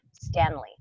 Stanley